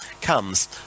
comes